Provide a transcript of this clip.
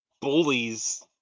bullies